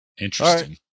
Interesting